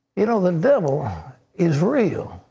you know, the devil is real